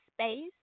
space